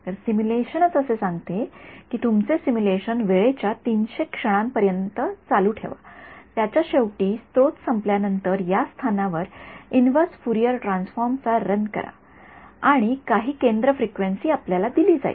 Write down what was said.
तर सिम्युलेशन च असे सांगते कि तुमचे सिम्युलेशन वेळेच्या ३०० क्षणांसाठी साठी सुरु ठेवा त्याच्या शेवटी स्त्रोत संपल्या नंतर या स्थानावर इनव्हर्स फुरियर ट्रान्सफॉर्म रन करा आणि काही केंद्र फ्रिक्वेन्सी आपल्याला दिली जाईल